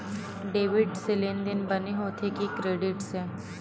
Debit से लेनदेन बने होथे कि क्रेडिट से?